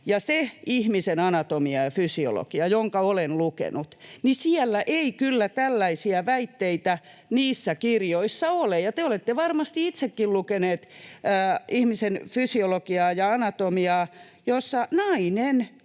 ja kun ihmisen anatomiaa ja fysiologiaa olen lukenut, niin ei kyllä tällaisia väitteitä niissä kirjoissa ole. Kun te olette varmasti itsekin lukenut ihmisen fysiologiaa ja anatomiaa, että nainen